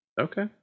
okay